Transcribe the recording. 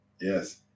Yes